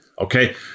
okay